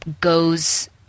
goes